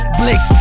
blick